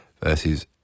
versus